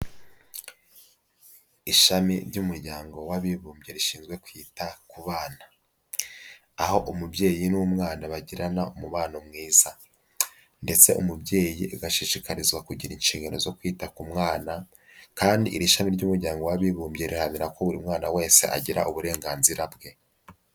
Ishami ry'umuryango w'abibumbye, rishinzwe kwita ku bana, aho umubyeyi n'umwana bagirana umubano mwiza, ndetse umubyeyi agashishikarizwa kugira inshingano zo kwita ku mwana, kandi iri shami ry'umuryango w'abibumbye riharanira ko buri mwana wese, agira uburenganzira bwe.